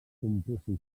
composició